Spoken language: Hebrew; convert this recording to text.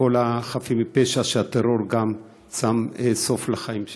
החפים מפשע שהטרור שם סוף לחיים שלהם.